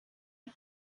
est